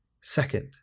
Second